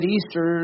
Easter